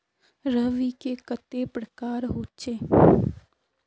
रवि के कते प्रकार होचे?